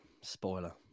spoiler